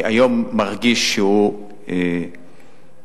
היום מרגיש שהוא נטוש,